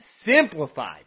Simplified